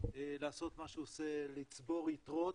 לעשות מה שהוא עושה, לצבור יתרות,